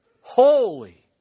holy